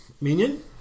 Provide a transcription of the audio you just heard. Minion